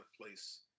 place